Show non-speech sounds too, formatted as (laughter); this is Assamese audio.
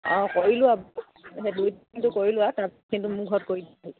(unintelligible)